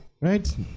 Right